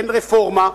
אין רפורמה.